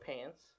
pants